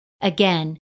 Again